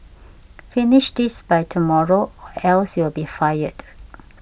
finish this by tomorrow or else you'll be fired